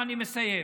אני מסיים.